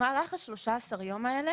במהלך הימים האלה,